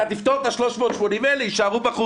אתה תפתור את ה-380, אלה יישארו בחוץ.